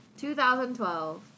2012